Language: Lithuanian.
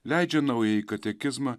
leidžia naująjį katekizmą